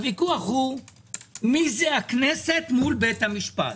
הוויכוח הוא מי זה הכנסת מול בית המשפט